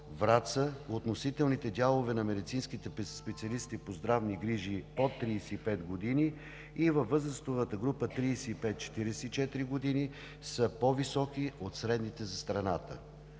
Враца относителните дялове на медицинските специалисти по здравни грижи под 35 години, и във възрастовата група 35 – 44 години са по-високи от средните за страната.